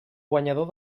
guanyador